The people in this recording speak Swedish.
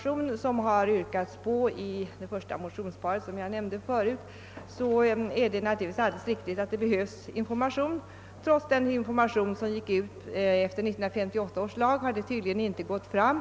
I det första motionsparet som jag nämnde betonas behovet av information. Det är naturligtvis riktigt att det behövs information, men den information som gick ut kring 1958 års lag har tydligen inte gått fram.